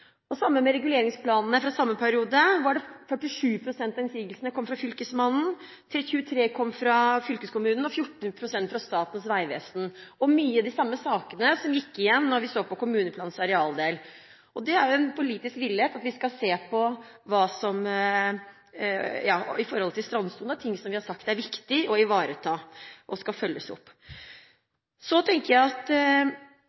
med reguleringsplanene fra samme periode. 47 pst. av innsigelsene kom fra Fylkesmannen, 23 pst. kom fra fylkeskommunen og 14 pst. kom fra Statens vegvesen. Mange av de samme sakene gikk igjen da vi så på kommuneplanens arealdel. Det er en politisk vilje til å se på og følge opp strandsonen og annet vi har sagt er viktig å ivareta. Jeg tenker at det er vanskelig å si at man skal